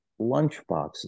lunchboxes